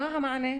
איזה מענה?